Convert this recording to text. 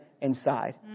inside